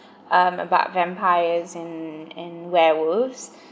um about vampires and and werewolves